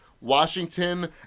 Washington